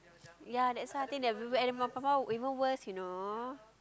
ya that's why I think that everywhere even worse you know